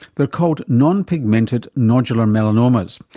they're called non-pigmented nodular melanomas.